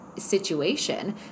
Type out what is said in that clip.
situation